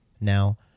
Now